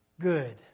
good